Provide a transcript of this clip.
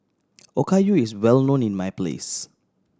okayu is well known in my place